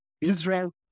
Israel